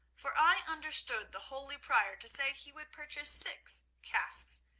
for i understood the holy prior to say he would purchase six casks,